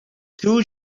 two